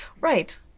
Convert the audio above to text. right